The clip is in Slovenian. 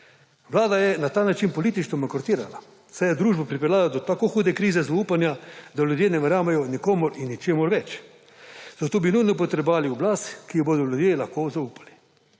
Vlada je na ta način politično bankrotirala, saj je družbo pripeljala do tako hude krize zaupanja, da ljudje ne verjamejo nikomur in ničemur več. Zato bi nujno potrebovali oblast, ki ji bodo ljudje lahko zaupali.